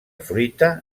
fruita